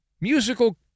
musical